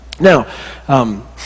Now